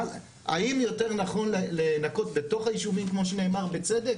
האם יותר נכון לנקות בתוך הישובים כמו שנאמר בצדק,